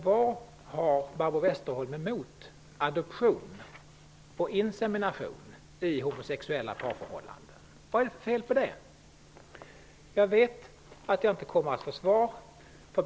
Vad har Barbro Westerholm emot adoption och insemination i homosexuella parförhållanden? Vad är det för fel på det? Jag vet att jag inte kommer att få något svar.